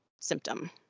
symptom